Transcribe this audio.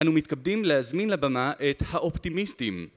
אנו מתכבדים להזמין לבמה את האופטימיסטים.